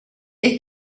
est